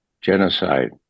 genocide